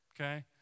okay